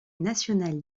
nationale